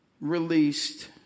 released